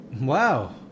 Wow